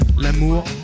l'amour